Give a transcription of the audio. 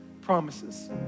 promises